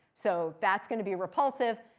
so that's going to be repulsive.